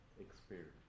experience